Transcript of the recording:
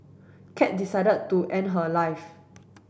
cat decided to end her life